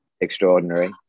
extraordinary